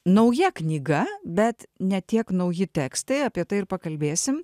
nauja knyga bet ne tiek nauji tekstai apie tai ir pakalbėsim